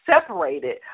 separated